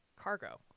cargo